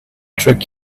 trick